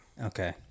Okay